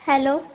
hello